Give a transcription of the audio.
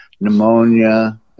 pneumonia